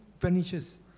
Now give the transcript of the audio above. vanishes